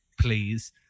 please